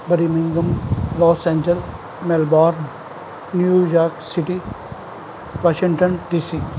Birmingham Los Angeles Melbourne New York city Washington D C